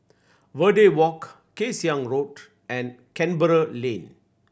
Verde Walk Kay Siang Road and Canberra Lane